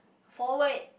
forward